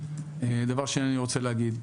2. אני שוב אומר,